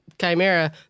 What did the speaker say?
chimera